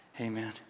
Amen